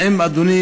האם אדוני